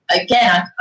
again